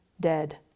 dead